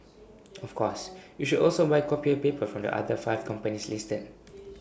of course you should also buy copier paper from the other five companies listed